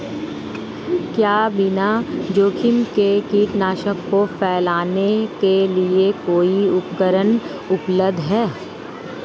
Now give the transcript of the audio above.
क्या बिना जोखिम के कीटनाशकों को फैलाने के लिए कोई उपकरण उपलब्ध है?